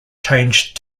changed